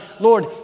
lord